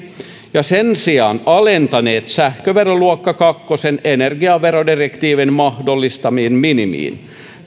ja sen sijaan alentaneet sähköveroluokka kahden energiaverodirektiivin mahdollistamaan minimiin